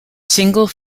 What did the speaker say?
single